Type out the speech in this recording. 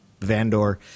Vandor